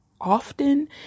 often